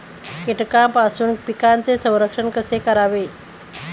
कीटकांपासून पिकांचे संरक्षण कसे करावे?